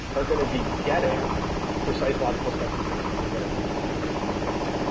are going to be getting precise logical specifications of what it means to be correct.